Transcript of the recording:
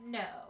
no